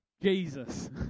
Jesus